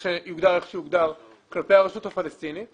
23 שנים או לא משנה כמה שנגזרו עליו